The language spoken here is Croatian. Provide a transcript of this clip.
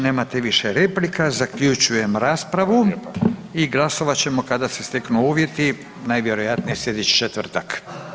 Nemate više replika, zaključujem raspravu i glasovat ćemo kada se steknu uvjeti, najvjerojatnije slijedeći četvrtak.